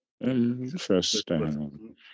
Interesting